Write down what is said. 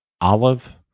Olive